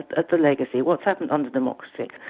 at the legacy, what's happened under democracy?